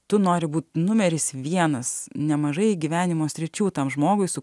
tu nori būt numeris vienas nemažai gyvenimo sričių tam žmogui su